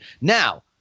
Now